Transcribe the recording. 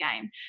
game